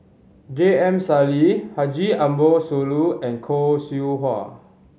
J M Sali Haji Ambo Sooloh and Khoo Seow Hwa